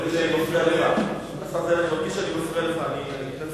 אני מרגיש שאני מפריע לך, חבר